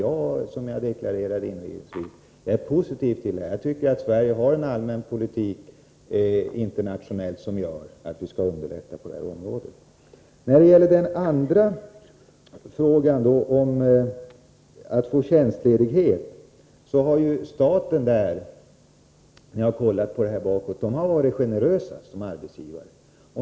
Jag är, som jag deklarerade inledningsvis, positiv till detta. Sverige för en sådan allmän politik internationellt att vi bör underlätta på detta område. När det gäller den andra frågan, om tjänstledighet, har jag kontrollerat bakåt. Staten har varit generösast som arbetsgivare.